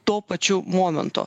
tuo pačiu momentu